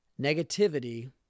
Negativity